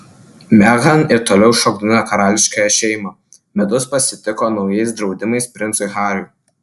meghan ir toliau šokdina karališkąją šeimą metus pasitiko naujais draudimais princui hariui